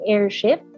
Airship